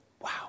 Wow